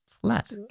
flat